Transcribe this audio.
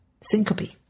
syncope